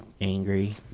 angry